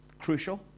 crucial